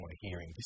hearing